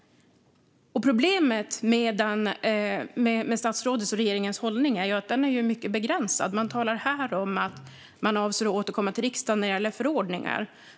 Problemet med statsrådets och regeringens hållning är att den är mycket begränsad. Man talar här om att man avser att återkomma till riksdagen när det gäller förordningar.